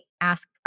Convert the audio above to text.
ask